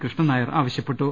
കൃഷ്ണൻ നായർ ആവശ്യപ്പെട്ടു